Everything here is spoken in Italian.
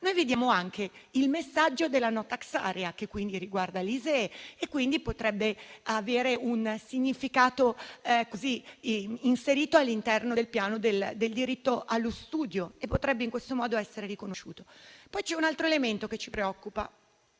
Noi vediamo anche il messaggio della *no tax area*, che quindi riguarda l'ISEE e potrebbe avere un significato all'interno del Piano per il diritto allo studio e in questo modo essere riconosciuto. C'è un altro elemento che ci preoccupa: